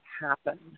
happen